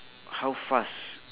how fast